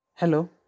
Hello